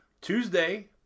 Tuesday